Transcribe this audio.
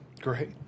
great